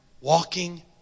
walking